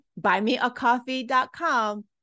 buymeacoffee.com